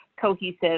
cohesive